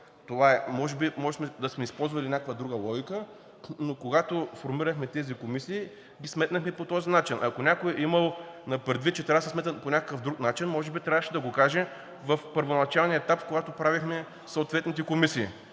логика. Може да сме използвали някаква друга логика, но когато формирахме тези комисии, ги сметнахме по този начин. Ако някой е имал нещо предвид, че трябва да се смятат по някакъв друг начин, може би трябваше да го каже в първоначалния етап, когато правехме съответните комисии.